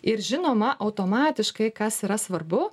ir žinoma automatiškai kas yra svarbu